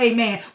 Amen